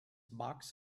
box